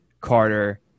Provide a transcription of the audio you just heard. Carter